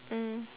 mm